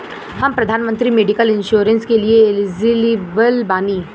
हम प्रधानमंत्री medical insurance के लिए एलिजिबल बानी?